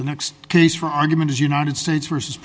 the next case for argument is united states versus